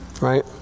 Right